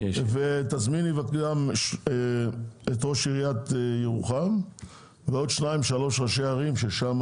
תזמיני גם את ראש עיריית ירוחם ועוד שניים שלושה ראשי ערים שהם